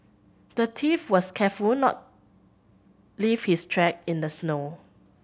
the thief was careful to not leave his track in the snow